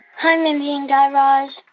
hi, mindy and guy raz.